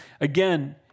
Again